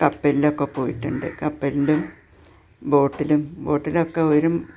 കപ്പലിലൊക്കെ പോയിട്ടുണ്ട് കപ്പലിലും ബോട്ടിലും ബോട്ടിലും ഒക്കെ വരും